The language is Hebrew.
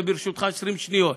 ברשותך, 20 שניות.